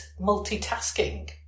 multitasking